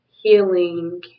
healing